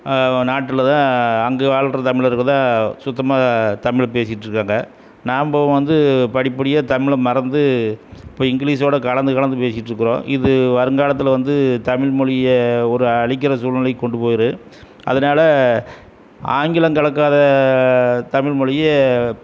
நாட்டில் தான் அங்கே வாழ்கிற தமிழர்கள் தான் சுத்தமாக தமிழை பேசிகிட்டுருக்குறாங்க நாம் வந்து படிப்படியாக தமிழை மறந்து இப்போ இங்கிலீஷோட கலந்து கலந்து பேசிகிட்டு இருக்கிறோம் இது வருங்காலத்தில் வந்து தமிழ் மொழியை ஒரு அழிக்கிற சூழ்நிலைக்கு கொண்டு போயிடுது அதனால் ஆங்கிலம் கலக்காத தமிழ் மொழியே